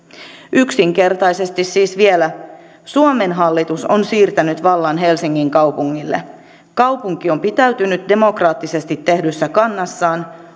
yksinkertaisesti siis vielä suomen hallitus on siirtänyt vallan helsingin kaupungille kaupunki on pitäytynyt demokraattisesti tehdyssä kannassaan